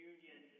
Union